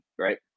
Right